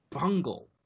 bungle